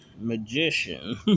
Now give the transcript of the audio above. magician